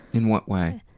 in what way?